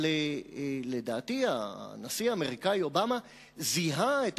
אבל לדעתי הנשיא האמריקני אובמה זיהה את